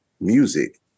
music